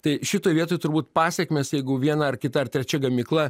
tai šitoj vietoj turbūt pasekmės jeigu viena ar kita ar trečia gamykla